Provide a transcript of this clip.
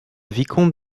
vicomte